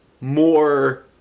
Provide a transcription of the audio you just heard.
more